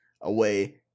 away